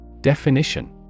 Definition